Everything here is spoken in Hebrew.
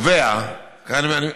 הקובע, כאן אני אומר,